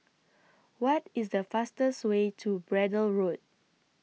What IS The fastest Way to Braddell Road